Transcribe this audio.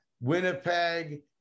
Winnipeg